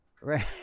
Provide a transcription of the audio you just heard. right